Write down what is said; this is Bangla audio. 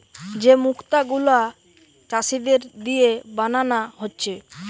যে মুক্ত গুলা চাষীদের দিয়ে বানানা হচ্ছে